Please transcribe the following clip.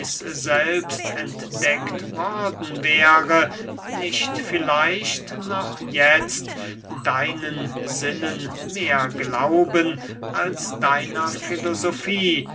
selbst entdeckt worden wäre nicht vielleicht noch jetzt deinen sinnen mehr glauben als deiner